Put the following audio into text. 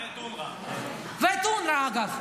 ואת אונר"א.